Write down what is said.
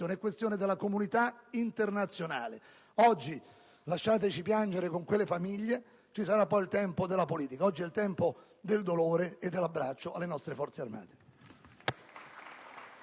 riguardano la comunità internazionale. Oggi lasciateci piangere con quelle famiglie. Ci sarà poi il tempo della politica. Oggi è il tempo del dolore e dell'abbraccio alle nostre Forze armate.